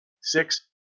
six